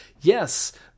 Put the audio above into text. Yes